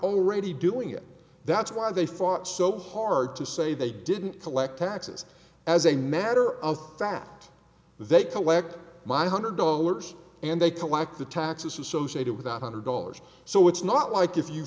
already doing it that's why they fought so hard to say they didn't collect taxes as a matter of fact they collect my hundred dollars and they collect the taxes associated with one hundred dollars so it's not like if you